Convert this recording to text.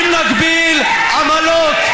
אם נגביל עמלות,